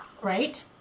right